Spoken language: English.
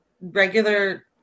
regular